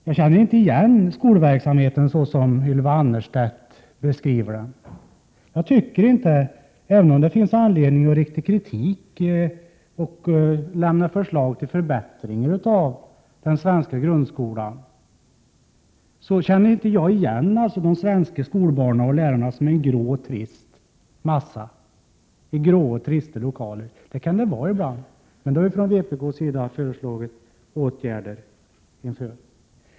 Jag känner inte igen skolverksamheten som Ylva Annerstedt beskriver den. Även om det finns anledning att rikta kritik mot och lämna förslag till förbättringar av den svenska grundskolan, känner jag inte igen de svenska skolbarnen och lärarna som en grå trist massa i gråa och trista lokaler. Lokalerna kan ibland vara trista, men då föreslår vi från vpk:s sida åtgärder mot det.